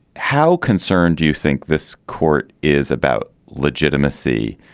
how concerned do you think this court is about legitimacy.